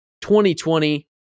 2020